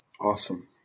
Awesome